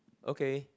okay